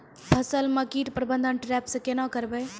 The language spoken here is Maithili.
फसल म कीट प्रबंधन ट्रेप से केना करबै?